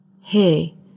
Hey